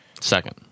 Second